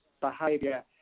behaviour